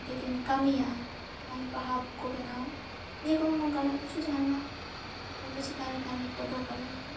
ᱡᱩᱫᱤᱢ ᱠᱟᱹᱢᱤᱭᱟᱜᱼᱟ ᱵᱟᱦᱟ ᱠᱚ ᱵᱮᱱᱟᱣ ᱡᱮ ᱠᱚᱱᱚ ᱱᱚᱝᱠᱟᱱᱟᱜ ᱠᱤᱪᱷᱩ ᱡᱟᱦᱟᱱᱟᱜ ᱞᱩᱜᱽᱲᱤᱜ ᱪᱮᱛᱟᱱ ᱨᱮ ᱠᱟᱹᱢᱤ ᱠᱚ ᱫᱚᱨᱠᱟᱨ ᱞᱮᱱᱠᱷᱟᱱ